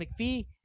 McPhee